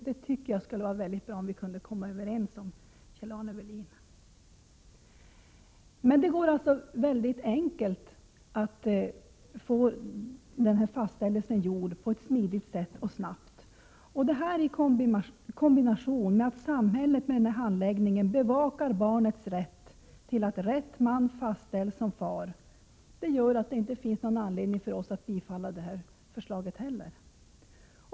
Jag tycker att det skulle vara bra om vi kunde komma överens om det, Kjell-Arne Welin. Det går alltså att få denna fastställelse gjord på ett snabbt och smidigt sätt. Detta, i kombination med att samhället genom denna handläggning bevakar barnets rätt till att rätt man fastställs som fader, gör att det inte heller finns anledning att bifalla detta förslag.